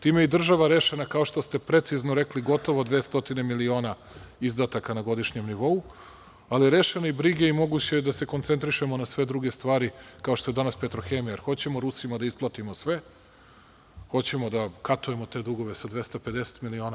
Time je država rešena, kao što ste precizno rekli, gotovo 200 miliona izdataka na godišnjem nivou, ali rešena i brige i moguće je da se koncentrišemo na sve druge stvari, kao što je danas „Petrohemija“, jer hoćemo Rusima da isplatimo sve, hoćemo da katujemo te dugove sa 250 miliona.